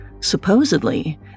Supposedly